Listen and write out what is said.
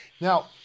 Now